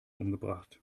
umgebracht